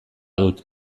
dut